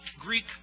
Greek